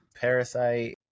Parasite